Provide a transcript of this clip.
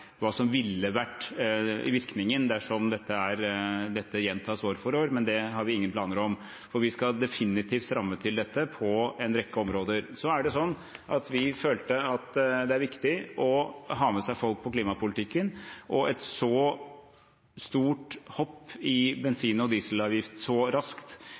hva som ville vært virkningen dersom dette gjentas år for år. Men det har vi ingen planer om, for vi skal definitivt stramme til dette på en rekke områder. Så er det sånn at vi følte at det er viktig å ha med seg folk på klimapolitikken. Et så stort hopp i bensin- og dieselavgiften så raskt